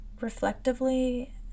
reflectively